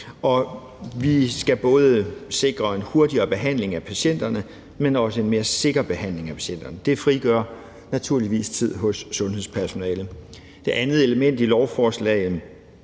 vi skal både sikre en hurtigere behandling af patienterne, men også en mere sikker behandling af patienterne. Det frigør naturligvis tid hos sundhedspersonalet. Det andet element i lovforslaget